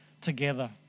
together